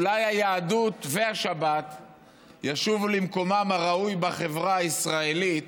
אולי היהדות והשבת ישובו למקומן הראוי בחברה הישראלית,